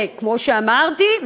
כמו שאמרתי,